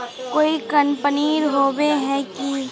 कोई कंपनी होबे है की?